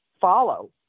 follow